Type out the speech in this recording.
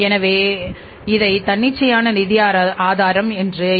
எனவே தான் இதை தன்னிச்சையான நிதி ஆதாரம் என்று அழைக்கிறோம்